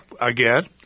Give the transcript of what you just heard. again